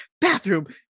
Bathroom